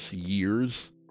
years